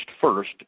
first